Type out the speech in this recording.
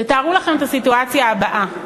תתארו לעצמכם את הסיטואציה הבאה: